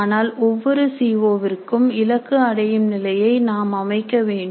ஆனால் ஒவ்வொரு C O விற்கும் இலக்கு அடையும் நிலையை நாம் அமைக்க வேண்டும்